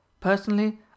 Personally